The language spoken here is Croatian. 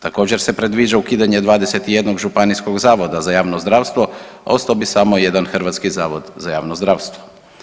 Također se predviđa ukidanje 21 županijskog zavoda za javno zdravstvo, a ostao bi samo jedan Hrvatski zavod za javno zdravstvo.